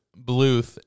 Bluth